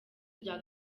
rya